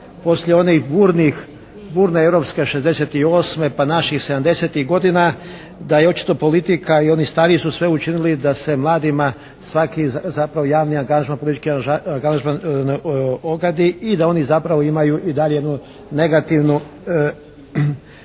poslije onih burnih, burne europske '68., pa naših 70-tih godina da je očito politika i oni stariji su sve učinili da se mladima svaki zapravo javni angažman, politički angažman ogadi i da oni zapravo imaju i dalje jednu negativnu,